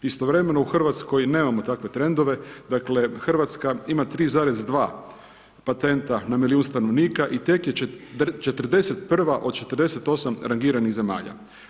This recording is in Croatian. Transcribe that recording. Istovremeno u Hrvatskoj nemamo takve trendove, dakle Hrvatska ima 3,2 patenta na milijun stanovnika i tek je 41. od 48 od rangiranih zemalja.